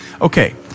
Okay